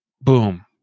boom